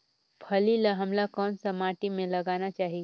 फल्ली ल हमला कौन सा माटी मे लगाना चाही?